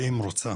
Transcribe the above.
ואם היא רוצה